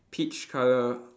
peach colour